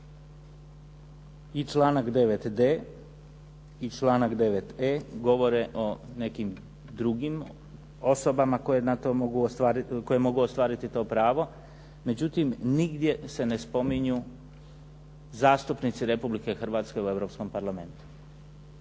I članak 9.d i članak 9.e govore o nekim drugim osobama koje mogu ostvariti to pravo, međutim nigdje se ne spominju zastupnici Republike Hrvatske u Europskom parlamentu.